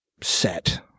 set